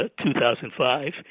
2005